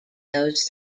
those